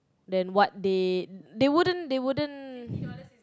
then what date they wouldn't they wouldn't